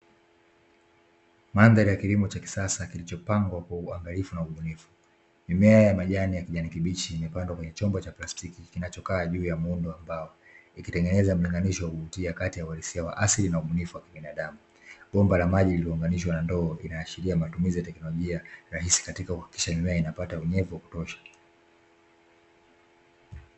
Mandhari ya kilimo cha kisasa kilichopangwa kwa uangalifu na ubunifu. Mimea ya majani ya kijani kibichi imepandwa kwenye chombo cha plastiki kinachokaa juu ya muundo wa mbao, ikitengeneza mlinganisho wa kuvutia kati ya uhalisia wa asili na ubunifu wa kibinadamu. Bomba la maji iliyounganishwa na ndoo inaashiria matumizi ya teknolojia rahisi katika kuhakikisha mimea inapata unyevu wa kutosha.